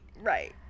right